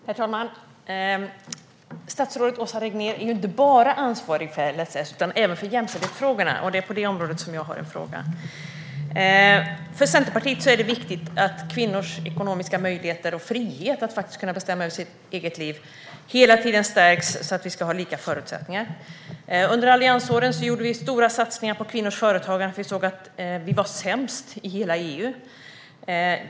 Herr talman! Statsrådet Åsa Regnér är ju inte bara ansvarig för LSS utan även för jämställdhetsfrågorna, och det är på det området som jag har en fråga. För Centerpartiet är det viktigt att kvinnors ekonomiska möjligheter och frihet att faktisk kunna bestämma över sitt eget liv hela tiden stärks så att vi ska ha lika förutsättningar. Under alliansåren gjorde vi stora satsningar på kvinnors företagande, för vi såg att vi var sämst i hela EU.